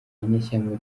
nyeshyamba